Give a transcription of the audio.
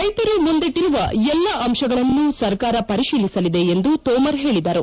ರೈತರು ಮುಂದಿಟ್ಲರುವ ಎಲ್ಲ ಅಂಶಗಳನ್ನು ಸರ್ಕಾರ ಪರಿಶೀಲಿಸಲಿದೆ ಎಂದು ತೋಮರ್ ಹೇಳಿದರು